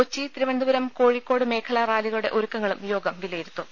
കൊച്ചി തിരുവനന്തപുരം കോഴിക്കോട് മേഖലാ റാലികളുടെ ഒരുക്കങ്ങളും യോഗം വിലയിരുത്തും